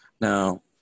Now